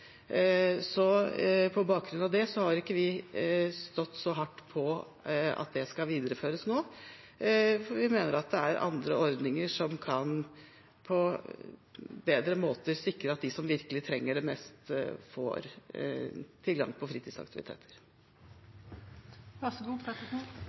På bakgrunn av det har vi ikke stått så hardt på at det skal videreføres nå, for vi mener det er andre ordninger som på en bedre måte kan sikre at de som virkelig trenger det mest, får tilgang på fritidsaktiviteter.